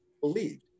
believed